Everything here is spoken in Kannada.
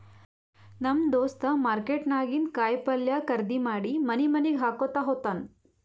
ನಮ್ ದೋಸ್ತ ಮಾರ್ಕೆಟ್ ನಾಗಿಂದ್ ಕಾಯಿ ಪಲ್ಯ ಖರ್ದಿ ಮಾಡಿ ಮನಿ ಮನಿಗ್ ಹಾಕೊತ್ತ ಹೋತ್ತಾನ್